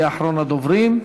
שיהיה אחרון הדוברים.